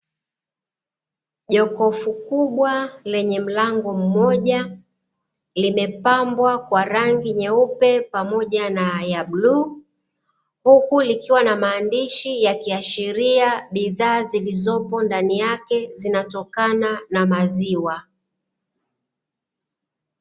Jokofu kubwa lenye mlango mmoja, limepambwa kwa rangi nyeupe pamoja na ya bluu, huku likiwa na maandishi ya kiashiria bidhaa zilizopo ndani yake zinatokana na maziwa.